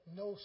no